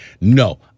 No